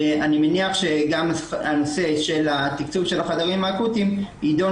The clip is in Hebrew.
אני מניח שגם הנושא של התקצוב של החדרים האקוטיים יידון